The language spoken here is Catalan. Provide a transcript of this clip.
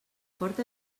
porta